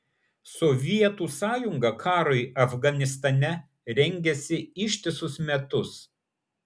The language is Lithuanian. sovietų sąjunga karui afganistane rengėsi ištisus metus